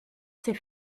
ses